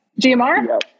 GMR